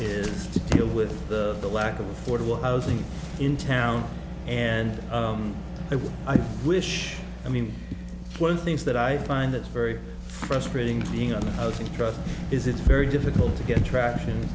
to deal with the lack of affordable housing in town and i would i wish i mean one things that i find that's very frustrating being on the housing trust is it's very difficult to get traction